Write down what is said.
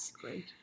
Great